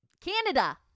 Canada